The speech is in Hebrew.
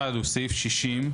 אחד הוא סעיף 60,